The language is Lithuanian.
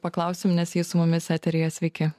paklausim nes ji su mumis eteryje sveiki